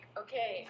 okay